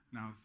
Now